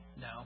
No